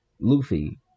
Luffy